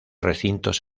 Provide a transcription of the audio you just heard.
recintos